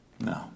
No